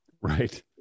Right